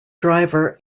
driver